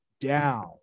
down